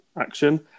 action